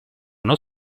uno